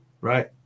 right